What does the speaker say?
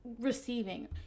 receiving